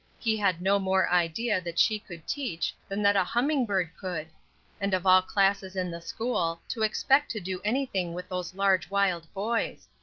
he had no more idea that she could teach than that a humming-bird could and of all classes in the school, to expect to do anything with those large wild boys!